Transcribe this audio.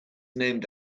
named